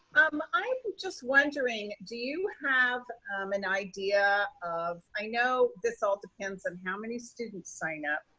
i'm just wondering, do you have an idea of, i know this all depends on how many students sign up,